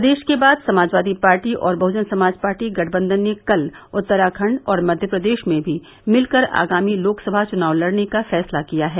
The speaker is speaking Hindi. प्रदेश के बाद समाजवादी पार्टी और बहजन समाज पार्टी गठबंधन ने कल उत्तराखंड और मध्य प्रदेश में भी मिल कर आगामी लोकसभा च्नाव लड़ने का फैसला किया है